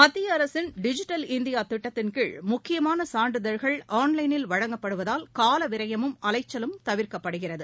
மத்திய அரசின் digital India திட்டத்தின் கீழ் முக்கியமான சான்றிதழ்கள் ஆன்லைனில் வழங்கப்படுவதால் கால விரயமும் அலைச்சலும் தவிர்க்கப்படுகிறது